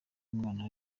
umwana